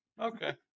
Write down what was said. Okay